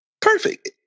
perfect